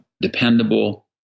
dependable